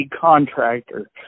contractor